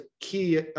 key